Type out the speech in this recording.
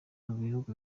bihugu